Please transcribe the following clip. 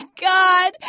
God